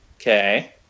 Okay